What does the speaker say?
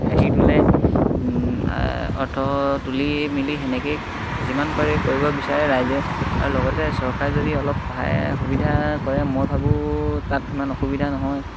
হেৰি তোলে অৰ্থ তুলি মেলি সেনেকেই যিমান পাৰে কৰিব বিচাৰে ৰাইজে আৰু লগতে চৰকাৰে যদি অলপ সহায় সুবিধা কৰে মই ভাবো তাত ইমান অসুবিধা নহয়